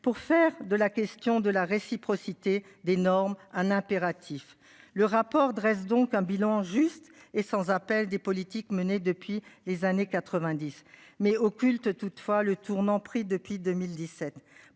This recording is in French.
pour faire de la question de la réciprocité des normes un impératif. Le rapport dresse donc un bilan juste et sans appel des politiques menées depuis les années 90 mais occulte toutefois le tournant pris depuis 2017